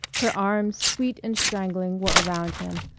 her arms, sweet and strangling, were around him,